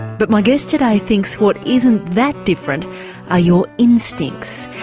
but my guest today thinks what isn't that different are your instincts.